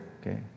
Okay